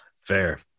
Fair